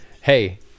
hey